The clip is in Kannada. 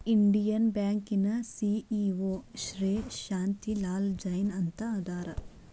ಇಂಡಿಯನ್ ಬ್ಯಾಂಕಿನ ಸಿ.ಇ.ಒ ಶ್ರೇ ಶಾಂತಿ ಲಾಲ್ ಜೈನ್ ಅಂತ ಅದಾರ